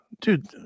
dude